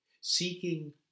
seeking